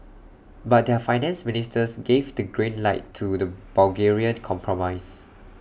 but their finance ministers gave the green light to the Bulgarian compromise